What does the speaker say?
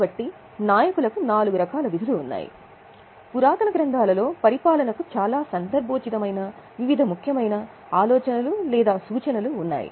కాబట్టి నాయకులకు నాలుగురకాల విధులు ఉన్నాయి పురాతన గ్రంథాలలో పరిపాలనకు చాలా సందర్భోచితమైన వివిధ ముఖ్యమైన ఆలోచనలు లేదా సూచనలు ఉన్నాయి